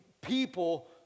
people